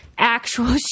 actual